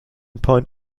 point